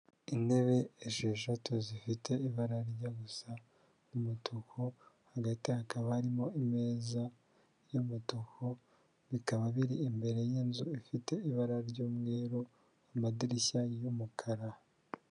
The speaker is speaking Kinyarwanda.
Intebe esheshatu zifite ibara rijya gusa umutuku, hagati hakaba harimo imeza y'umutuku, bikaba biri imbere y'inzu ifite ibara ry'umweru amadirishya y'umukara.